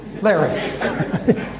Larry